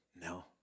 No